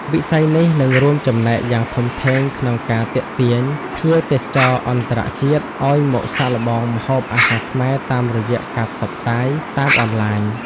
វិស័យនេះនឹងរួមចំណែកយ៉ាងធំធេងក្នុងការទាក់ទាញភ្ញៀវទេសចរអន្តរជាតិឱ្យមកសាកល្បងម្ហូបអាហារខ្មែរតាមរយៈការផ្សព្វផ្សាយតាមអនឡាញ។